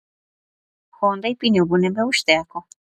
hondai pinigų nebeužteko